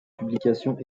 publications